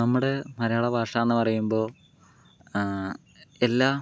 നമ്മുടെ മലയാള ഭാഷ എന്ന് പറയുമ്പോൾ എല്ലാം